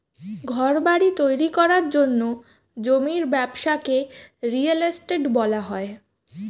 ঘরবাড়ি তৈরি করার জন্য জমির ব্যবসাকে রিয়েল এস্টেট বলা হয়